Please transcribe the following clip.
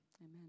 amen